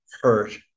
hurt